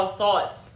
thoughts